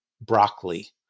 broccoli